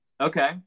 Okay